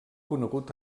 conegut